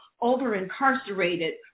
over-incarcerated